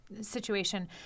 situation